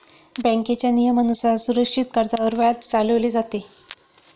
बँकेच्या नियमानुसार सुरक्षित कर्जावर व्याज चालवले जाते